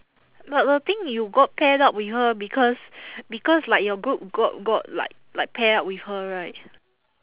but the thing you got paired up with her because because like your group got got like like pair up with her right